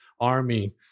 army